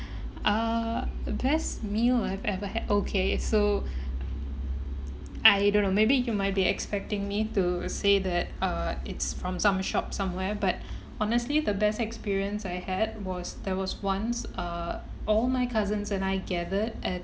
uh the best meal I've ever had okay so I don't know maybe you might be expecting me to say that uh it's from some shop somewhere but honestly the best experience I had was there was once uh all my cousins and I gathered at